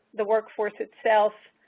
the workforce itself,